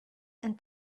and